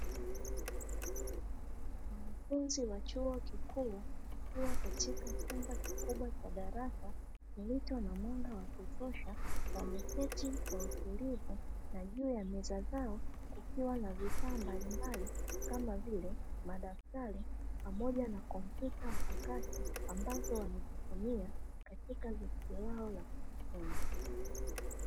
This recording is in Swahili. Wanafunzi wa chuo kikuu wakiwa katika chumba kikubwa cha darasa, kilicho na mwanga wa kutosha, wameketi kwa utulivu na juu ya meza zao kukiwa na vifaa mbalimbali kama vile madaftari pamoja na kompyuta mpakato; ambazo wanazitumia katika zoezi lao la kujifunza.